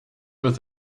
with